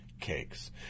cakes